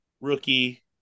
rookie